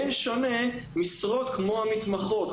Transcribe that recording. כן שונה משרות כמו המתמחות,